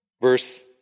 Verse